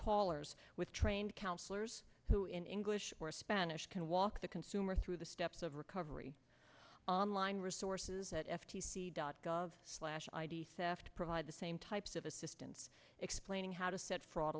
callers with trained counselors who in english or spanish can walk the consumer through the steps of recovery online resources at f t c dot gov slash i d theft provide the same types of assistance explaining how to set fraud